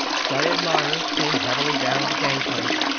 fat ed meyers came heavily down the gangplank.